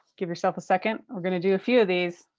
give yourself a second. we're gonna do a few of these.